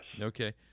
Okay